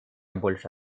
больше